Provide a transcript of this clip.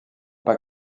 pas